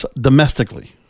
domestically